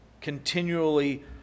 continually